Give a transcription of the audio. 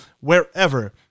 wherever